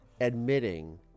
admitting